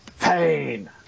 Pain